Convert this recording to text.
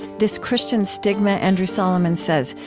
this christian stigma, andrew solomon says,